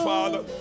Father